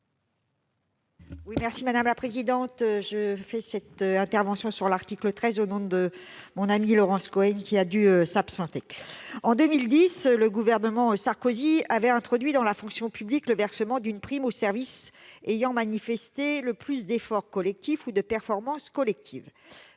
Mme Éliane Assassi, sur l'article. J'interviens sur l'article 13 au nom de ma collègue Laurence Cohen, qui a dû s'absenter. En 2010, le Gouvernement Sarkozy avait introduit dans la fonction publique le versement d'une prime aux services ayant manifesté le plus d'« effort collectif » ou de « performance collective